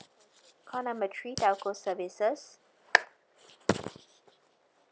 call number three telco services